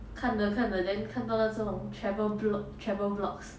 看了看了 then 看到那种 travel blog travel blogs